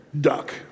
Duck